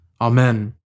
Amen